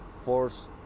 force